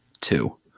two